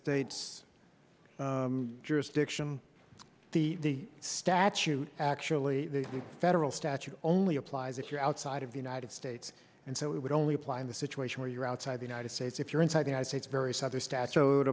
states jurisdiction the statute actually a federal statute only applies if you're outside of the united states and so it would only apply in the situation where you are outside the united states if you're inside united states various other statute